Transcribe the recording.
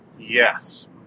Yes